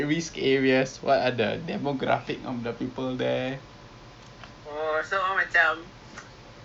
so I was like tapi dia tengah pakai white coat lah eh doctor dengan kucing